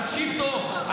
תקשיב טוב,